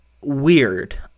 weird